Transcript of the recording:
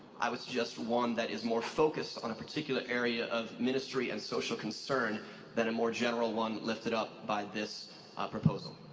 i would suggest one that is more focused on a particular area of ministry and social concern than a more general one lifted up by this proposal.